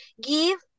give